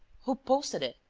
who posted it?